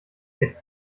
jetzt